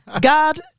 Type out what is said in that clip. God